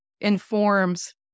informs